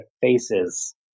faces